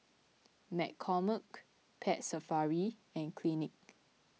McCormick Pet Safari and Clinique